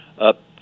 up